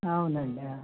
అవునండి